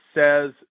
says